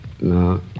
No